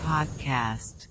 Podcast